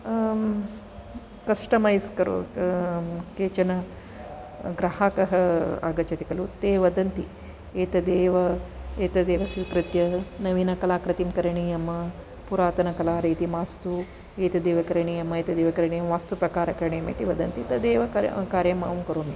कष्टमैस् करोत् केचन ग्राहकः आगच्छति खलु ते वदन्ति एतदेव एतदेव स्वीकृत्य नवीनकलाकृतिं करणीयं पुरातनकलारीतिः मास्तु एतदेव करणीयम् एतदेव करणीयं वास्तुप्रकार करणीयमिति वदन्ति तदेव कार् कार्यमहं करोमि